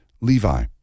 Levi